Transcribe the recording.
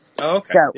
okay